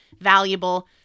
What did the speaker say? valuable